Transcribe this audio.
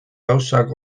gauzak